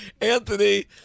Anthony